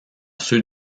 ceux